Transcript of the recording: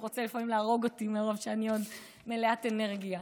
הוא רוצה לפעמים להרוג אותי מרוב שאני עוד מלאה אנרגיה.